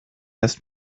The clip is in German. erst